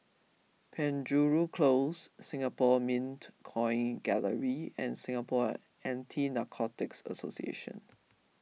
Penjuru Close Singapore Mint Coin Gallery and Singapore Anti Narcotics Association